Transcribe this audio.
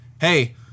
hey